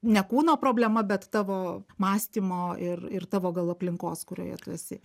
ne kūno problema bet tavo mąstymo ir ir tavo gal aplinkos kurioje tu esi